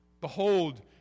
Behold